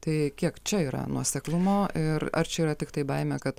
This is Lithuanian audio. tai kiek čia yra nuoseklumo ir ar čia yra tiktai baimė kad